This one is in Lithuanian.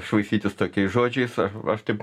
švaistytis tokiais žodžiais aš aš taip